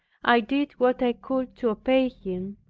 i did what i could to obey him,